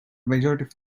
majority